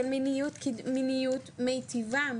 של מיניות מיטיבה,